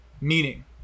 Meaning